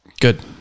Good